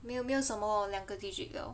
没有没有什么两个 district 了